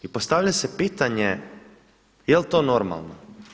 I postavlja se pitanje je li to normalno?